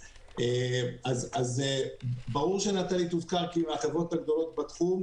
ברור שנטלי תוזכר כי מהחברות הגדולות בתחום.